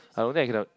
I don't think I cannot